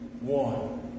one